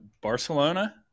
Barcelona